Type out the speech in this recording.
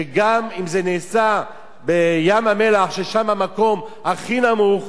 שגם אם זה נעשה בים-המלח, ששם המקום הכי נמוך,